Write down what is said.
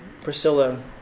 Priscilla